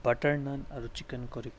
butter naan আৰু chicken কাৰী